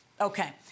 Okay